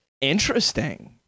interesting